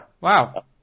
Wow